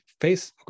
face